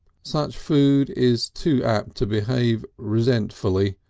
such food is too apt to behave resentfully,